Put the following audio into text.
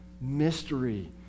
mystery